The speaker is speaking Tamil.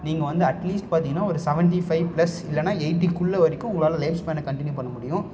நீங்கள் வந்து அட்லீஸ்ட் பார்த்திங்கன்னா ஒரு செவன்ட்டி ஃபைவ் பிளஸ் இல்லைனா எயிட்டிக்குள்ளே வரைக்கும் உங்களால் லைஃப் ஸ்பேனை கன்டினியூ பண்ண முடியும்